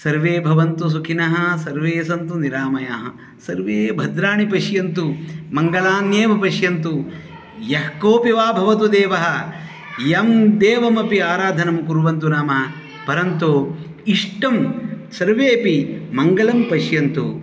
सर्वे भवन्तु सुखिनः सर्वे सन्तु निरामयाः सर्वे भद्राणि पश्यन्तु मङ्गलान्येव पश्यन्तु यः कोपि वा भवतु देवः यं देवमपि आराधनं कुर्वन्तु नाम परन्तु इष्टं सर्वेपि मङ्गलं पश्यन्तु